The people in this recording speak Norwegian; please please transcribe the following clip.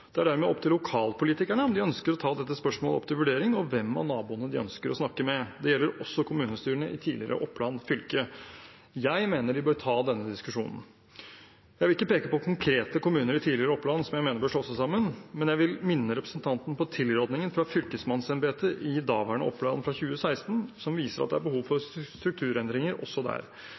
Det er dermed opp til lokalpolitikerne om de ønsker å ta spørsmålet om hvem av naboene de ønsker å snakke med, opp til vurdering. Det gjelder også kommunestyrene i tidligere Oppland fylke. Jeg mener de bør ta denne diskusjonen. Jeg vil ikke peke på konkrete kommuner i tidligere Oppland som jeg mener bør slå seg sammen, men jeg vil minne representanten om tilrådingen fra fylkesmannsembetet i daværende Oppland fra 2016 som viser at det er behov for strukturendringer også der.